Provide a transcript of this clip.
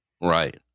right